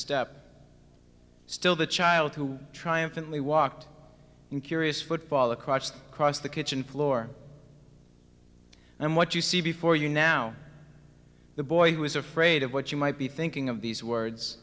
step still the child who try infinitely walked in curious football across across the kitchen floor and what you see before you now the boy who is afraid of what you might be thinking of these words